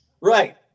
Right